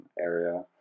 area